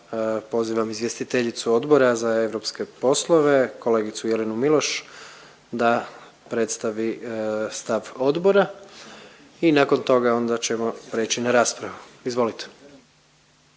pozivam izvjestiteljicu Odbora za europske poslove kolegicu Jelenu Miloš da predstavi stav odbora i nakon toga onda ćemo prijeći na raspravu. Izvolite.